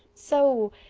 so.